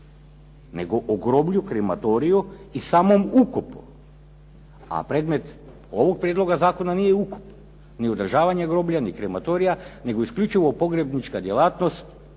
nego o groblju, krematoriju i samom ukopu, a predmet ovog prijedloga zakona nije ukop, ni održavanje groblja, ni krematorija, nego isključivo pogrebnička djelatnost,